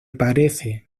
parece